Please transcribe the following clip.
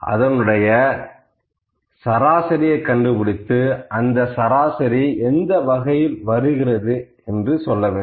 அதனுடைய சராசரியை கண்டு பிடித்து அந்த சராசரி எந்த வகையில் வருகிறது என சொல்ல வேண்டும்